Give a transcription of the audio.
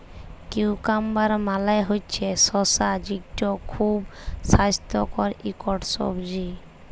cucumber মালে হছে শসা যেট খুব স্বাস্থ্যকর ইকট সবজি